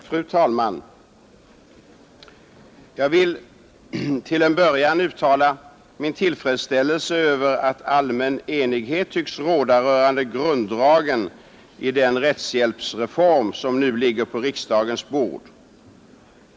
Fru talman! Jag vill till en början uttala min tillfredsställelse över att allmän enighet tycks råda rörande grunddragen i den rättshjälpsreform som nu ligger på riksdagens bord.